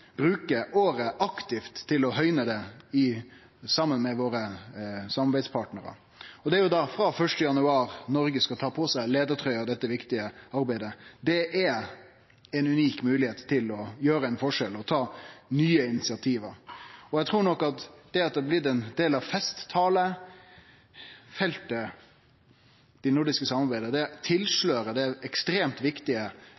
bruker året aktivt til å høgne det saman med samarbeidspartnerane våre. Frå 1. januar 2017 tar Noreg på seg leiartrøya i dette viktige arbeidet. Det er ei unik moglegheit til å gjere ein forskjell og ta nye initiativ. Eg trur nok at det at det nordiske samarbeidet har blitt ein del av festtalefeltet,